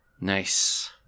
Nice